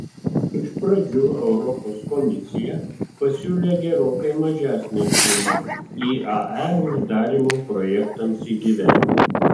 iš pradžių europos komisija pasiūlė gerokai mažesnę sumą iae uždarymo projektams įgyvendinti